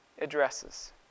addresses